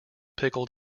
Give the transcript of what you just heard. pickled